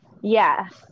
Yes